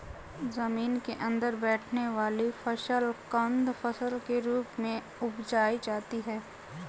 जमीन के अंदर बैठने वाली फसल कंद फसल के रूप में उपजायी जाती है